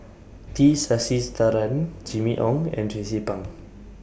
T Sasitharan Jimmy Ong and Tracie Pang